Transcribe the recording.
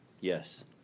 Yes